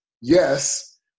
yes